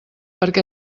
perquè